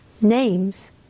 names